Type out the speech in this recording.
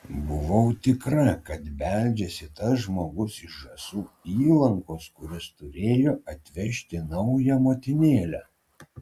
buvau tikra kad beldžiasi tas žmogus iš žąsų įlankos kuris turėjo atvežti naują motinėlę